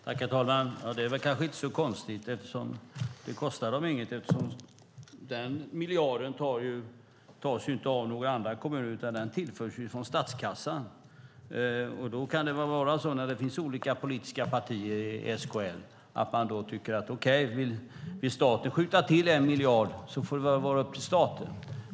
Herr talman! Det kanske inte är så konstigt. Det kostar dem ju inget eftersom denna miljard inte tas från några andra kommuner. Den tillförs från statskassan. När det finns olika politiska partier i SKL kan det vara så att man tycker: Åkej, om staten vill skjuta till en miljard så får det vara upp till staten!